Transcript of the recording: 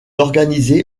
organisé